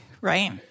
right